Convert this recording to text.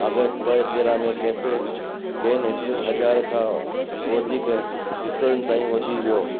अगस्त ॿ हज़ार तेरहं में कैफ़े बेन हिक हज़ार खां बि वधीक स्टोरनि ताईं वधी वियो